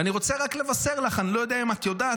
ואני רוצה רק לבשר לך: אני לא יודע אם את יודעת,